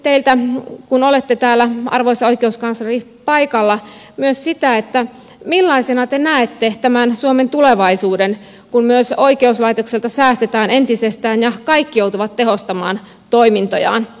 kysyisin teiltä kun olette täällä paikalla arvoisa oikeuskansleri myös sitä millaisena te näette tämän suomen tulevaisuuden kun myös oikeuslaitokselta säästetään entisestään ja kaikki joutuvat tehostamaan toimintojaan